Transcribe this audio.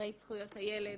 אחראית זכויות הילד